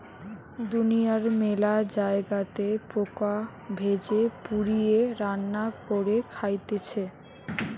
দুনিয়ার মেলা জায়গাতে পোকা ভেজে, পুড়িয়ে, রান্না করে খাইতেছে